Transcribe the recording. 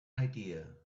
idea